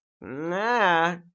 nah